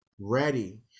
ready